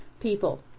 people